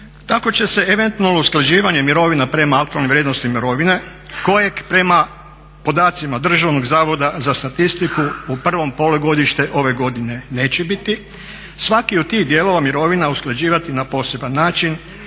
Tako će se usklađivanje mirovina prema aktualnoj vrijednosti mirovine kojeg prema podacima Državnog zavoda za statistiku u prvom polugodištu ove godine neće biti svaki od tih dijelova mirovina usklađivati na poseban način